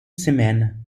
semaine